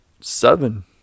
seven